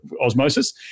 osmosis